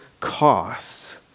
costs